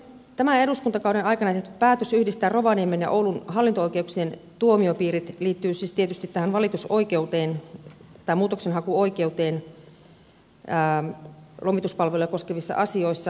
tämän eduskuntakauden aikana tehty päätös yhdistää rovaniemen ja oulun hallinto oikeuksien tuomiopiirit liittyy siis tietysti tähän muutoksenhakuoikeuteen lomituspalveluja koskevissa asioissa